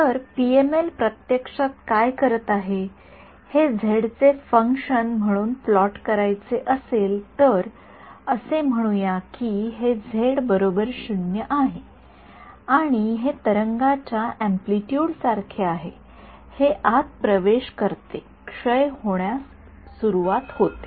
जर पीएमएल प्रत्यक्षात काय करत आहे हे झेड चे फंक्शन म्हणून प्लॉट करायचे असेल तर असे म्हणूया की हे झेड 0 आहे आणि हे तरंगाच्या अँप्लिटयूड सारखे आहे हे आत प्रवेश करते क्षय होण्यास सुरवात होते